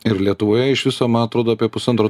ir lietuvoje iš viso man atrodo apie pusantro